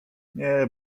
nie